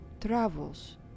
travels